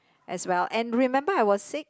as well and remember I was sick